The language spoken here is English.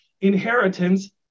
inheritance